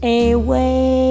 away